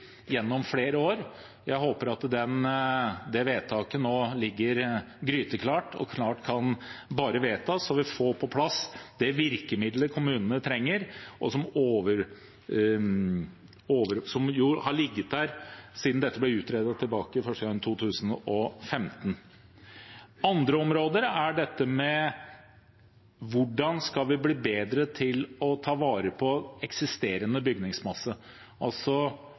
Jeg håper at det vedtaket nå ligger gryteklart og snart bare kan vedtas, så vi får på plass det virkemiddelet kommunene trenger, som har ligget der siden dette ble utredet for første gang tilbake i 2015. Andre områder igjen er dette med hvordan vi skal bli bedre til å ta vare på eksisterende bygningsmasse.